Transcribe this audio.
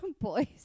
boys